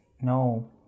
no